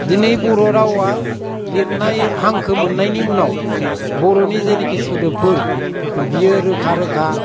दिनै बर' रावआ लिरनाय हांखो मोन्नायनि उनाव बर'नि जेनोखि सोदोबफोर बियो रोखा रोखा